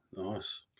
Nice